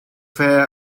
fair